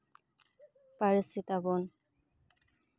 ᱯᱟᱹᱨᱥᱤ ᱛᱟᱵᱚᱱ